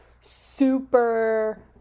super